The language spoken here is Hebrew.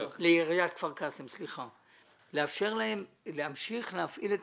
כפר קאסם להמשיך להפעיל את